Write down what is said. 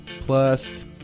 plus